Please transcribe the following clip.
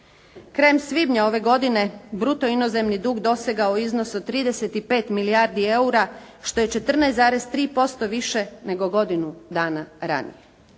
Krajem svibnja ove godine bruto inozemni dug dosegao je iznos od 35 milijardi eura, što je 14,3% više nego godinu dana ranije.